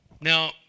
Now